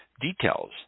Details